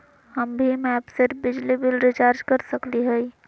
हम भीम ऐप से बिजली बिल रिचार्ज कर सकली हई?